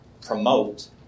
promote